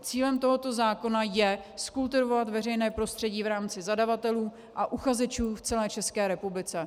Cílem tohoto zákona je zkultivovat veřejné prostředí v rámci zadavatelů a uchazečů v celé České republice.